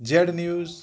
Z news